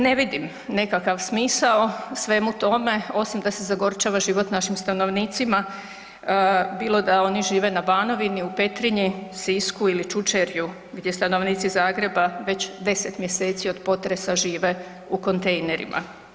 Ne vidim nekakav smisao svemu tome, osim da se zagorčava život našim stanovnicima, bilo da oni žive na Banovini, u Petrinji, Sisku ili Čučerju, gdje stanovnici Zagreba već 10 mjeseci od potresa žive u kontejnerima.